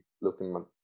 looking